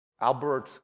Albert